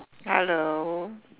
hello